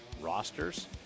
rosters